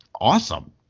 awesome